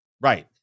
Right